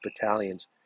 battalions